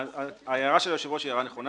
ההערה של היושב-ראש היא הערה נכונה,